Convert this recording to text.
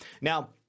Now